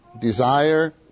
desire